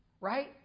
Right